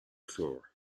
floor